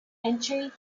entry